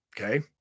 okay